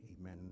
Amen